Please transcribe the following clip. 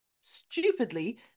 stupidly